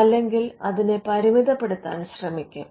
അല്ലെങ്കിൽ അതിനെ പരിമിതപ്പെടുത്താൻ ശ്രമിക്കും